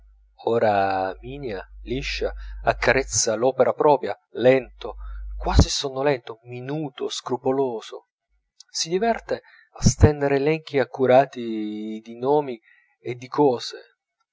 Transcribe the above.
ora minia liscia accarezza l'opera propria lento quasi sonnolento minuto scrupoloso si diverte a stendere elenchi accurati di nomi e di cose